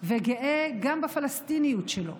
וגאה גם בפלסטיניות שלו,